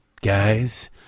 Guys